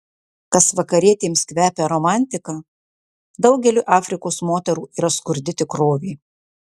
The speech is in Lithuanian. kas vakarietėms kvepia romantika daugeliui afrikos moterų yra skurdi tikrovė